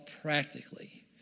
practically